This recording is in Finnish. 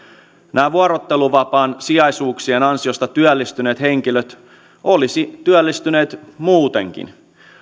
nämä vuorotteluvapaan sijaisuuksien ansiosta työllistyneet henkilöt olisi työllistyneet muutenkin